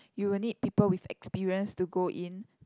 you will need people with experience to go in